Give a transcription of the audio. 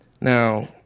Now